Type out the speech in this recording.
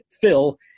Phil